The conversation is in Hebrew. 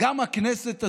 גם הכנסת הזאת,